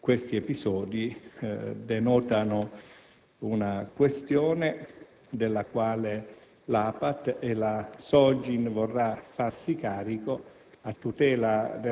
che questi episodi denotano una problematica della quale l'APAT e la SOGIN vorranno farsi carico